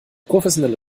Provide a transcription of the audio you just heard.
professionelle